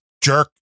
jerk